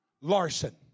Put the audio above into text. Larson